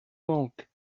manque